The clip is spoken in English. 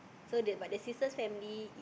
so the but the sister's family